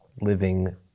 living